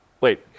Wait